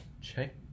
check